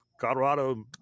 Colorado